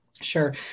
sure